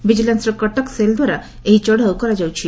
ଭିଜିଲାନ୍ୱର Cuttack cell ଦ୍ୱାରା ଏହି ଚତ୍ଉ କରାଯାଇଛି